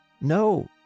No